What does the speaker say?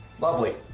lovely